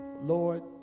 Lord